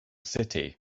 city